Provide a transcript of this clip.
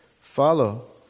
follow